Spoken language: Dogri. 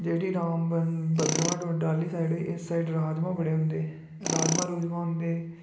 जेह्ड़ी रामबन भद्रवाह् डोडे आह्ली साइड बी इस साइड राजमां बड़े होंदे राजमां रूजमां होंदे